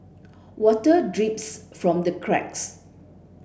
water drips from the cracks